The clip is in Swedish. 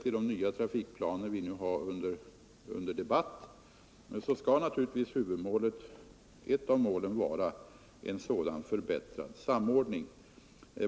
I de nya trafikplaner som vi nu har under debatt skall naturligtvis ett av målen vara en sådan förbättrad samordning.